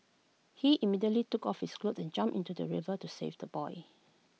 he immediately took off his clothes and jumped into the river to save the boy